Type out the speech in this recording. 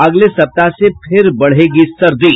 अगले सप्ताह से फिर बढ़ेगी सर्दी